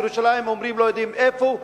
בירושלים אומרים לא יודעים איפה,